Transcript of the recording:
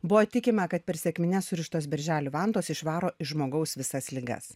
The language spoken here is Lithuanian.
buvo tikima kad per sekmines surištos birželį vantos išvaro iš žmogaus visas ligas